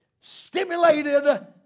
Stimulated